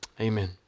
Amen